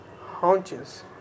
haunches